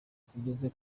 zigeze